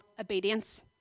obedience